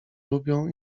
lubią